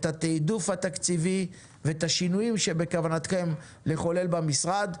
את התעדוף התקציבי ואת השינויים שבכוונתכם לחולל במשרד.